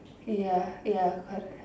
ya ya correct